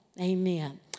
Amen